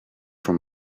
from